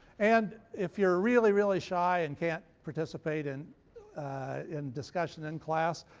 and if you're really, really shy and can't participate in in discussion in class,